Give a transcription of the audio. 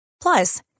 Plus